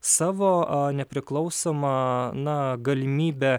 savo nepriklausomą na galimybę